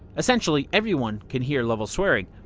essentially, everyone can hear lovell swearing.